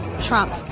Trump